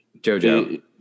JoJo